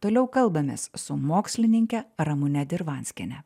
toliau kalbamės su mokslininke ramune dirvanskiene